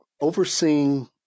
overseeing